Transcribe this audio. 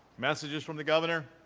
messages from the governor.